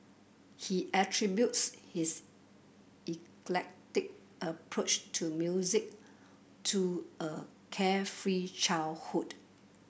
he attributes his eclectic approach to music to a carefree childhood